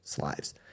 lives